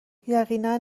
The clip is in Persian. یقینا